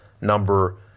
number